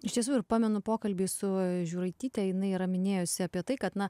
iš tiesų ir pamenu pokalbį su žiūraityte jinai yra minėjusi apie tai kad na